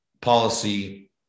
policy